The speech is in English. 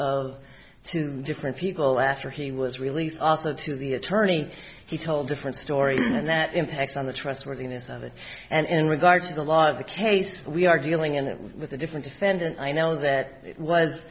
of two different people after he was released also to the attorney he told different story and that impacts on the trustworthiness of it and in regard to the law of the case we are dealing in it with a different defendant i know that